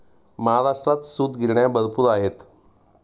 महाराष्ट्रात सूतगिरण्या भरपूर आहेत